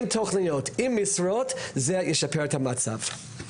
עם תכניות, עם משרות, זה ישפר את המצב.